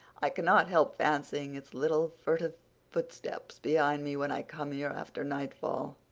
i cannot help fancying its little, furtive footsteps behind me when i come here after nightfall.